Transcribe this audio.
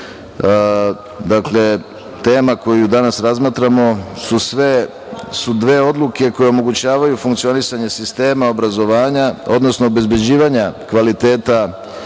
značaj, tema koju danas razmatramo su dve odluke koje omogućavaju funkcionisanje sistema obrazovanja, odnosno obezbeđivanja kvaliteta